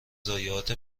ضایعات